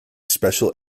special